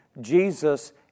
Jesus